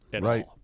right